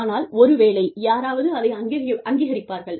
ஆனால் ஒருவேளை யாராவது அதை அங்கீகரிப்பார்கள்